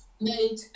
made